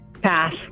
Pass